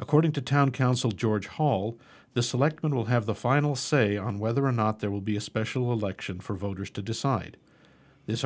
according to town council george hall the selectmen will have the final say on whether or not there will be a special election for voters to decide this